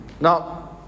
Now